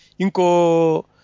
Inko